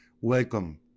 welcome